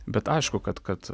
bet aišku kad kad